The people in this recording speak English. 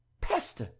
Peste